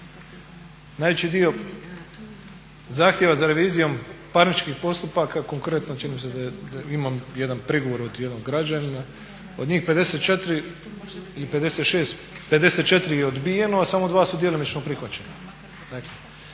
Najveći dio zahtjeva za revizijom parničnih postupaka, konkretno čini mi se da imam jedan prigovor od jednog građanina, od njih 54 ili 56, 54 je odbijeno, a samo 2 su djelomično prihvaćena.